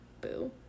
Boo